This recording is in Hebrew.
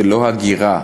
ולא הגירה,